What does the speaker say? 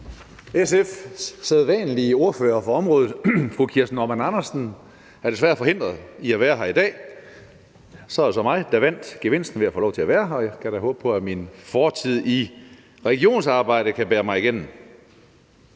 SF's sædvanlige ordfører på området, fru Kirsten Normann Andersen, er desværre forhindret i at være her i dag, og så var det så mig, der vandt gevinsten ved at få lov til at være her, og jeg kan da håbe på, at min fortid i regionsarbejdet kan bære mig igennem.